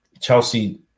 Chelsea